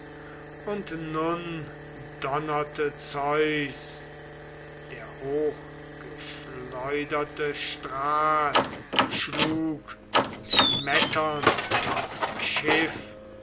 und nun donnerte zeus der hochgeschleuderte strahl schlug schmetternd ins schiff